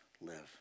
live